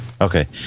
okay